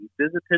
visited